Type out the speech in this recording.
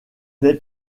n’est